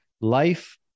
life